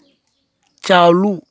ᱪᱟᱞᱩ